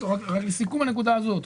לסיכום הנקודה הזאת,